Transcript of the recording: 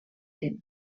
tenda